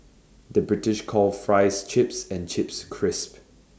the British calls Fries Chips and Chips Crisps